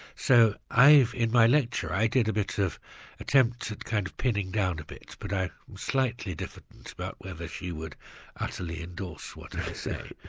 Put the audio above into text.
so i've in my lecture, i did a bit of attempt at kind of pinning down a bit, but i'm slightly diffident about whether she would utterly endorse what i say,